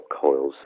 coils